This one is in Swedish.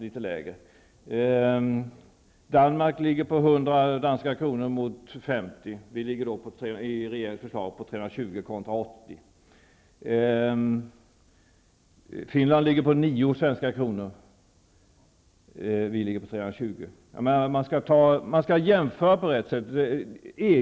I Danmark ligger avgiften på 100 resp. 50 danska kronor. Enligt regeringens förslag kommer avgiften här i Sverige att ligga på 320 resp. 80 kr. I Finland ligger avgiften på 9 svenska kronor, att jämföra med våra 320. Man skall jämföra på rätt sätt.